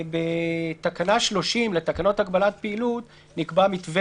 בתקנה 30 לתקנות הגבלת פעילות נקבע מתווה